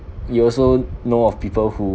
you also know of people who